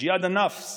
ג'יהאד א-נפס,